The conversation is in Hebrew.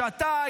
שאתה,